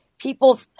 people